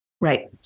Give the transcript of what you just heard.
Right